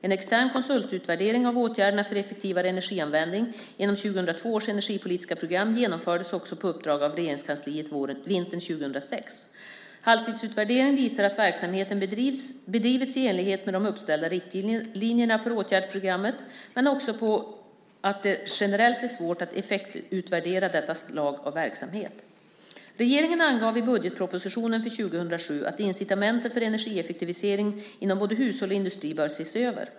En extern konsultutvärdering av åtgärderna för effektivare energianvändning inom 2002 års energipolitiska program genomfördes också på uppdrag av Regeringskansliet vintern 2006. Halvtidsutvärderingen visar att verksamheten bedrivits i enlighet med de uppställda riktlinjerna för åtgärdsprogrammet men också att det generellt är svårt att effektutvärdera detta slag av verksamhet. Regeringen angav i budgetpropositionen för 2007 att incitamenten för energieffektivisering inom både hushåll och industri bör ses över.